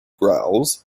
growls